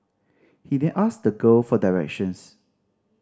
he then asked the girl for directions